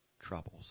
troubles